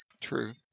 True